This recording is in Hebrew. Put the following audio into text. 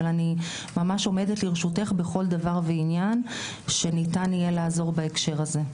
אבל אני ממש עומדת לרשותך בכל דבר ועניין שניתן יהיה לעזור בעניין הזה.